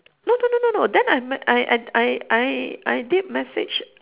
no no no no no then I my I I I I I did message